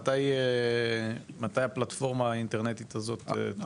מתי תפותח הפלטפורמה האינטרנטית הזאת?